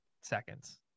seconds